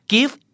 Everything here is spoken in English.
Give